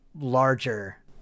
larger